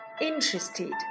interested